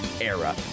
era